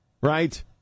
right